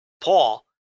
paul